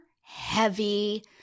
heavy